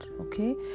okay